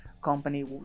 company